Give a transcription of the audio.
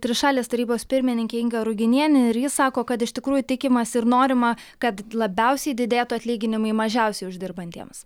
trišalės tarybos pirmininkė inga ruginienė ir ji sako kad iš tikrųjų tikimasi ir norima kad labiausiai didėtų atlyginimai mažiausiai uždirbantiems